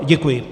Děkuji.